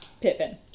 Pippin